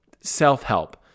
self-help